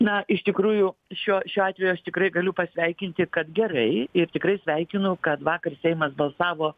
na iš tikrųjų šiuo šiuo atveju aš tikrai galiu pasveikinti kad gerai ir tikrai sveikinu kad vakar seimas balsavo